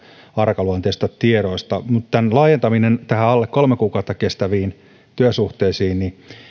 arkaluonteisista tiedoista mutta tämän laajentaminen alle kolme kuukautta kestäviin työsuhteisiin